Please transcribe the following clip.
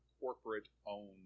corporate-owned